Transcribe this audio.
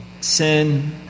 sin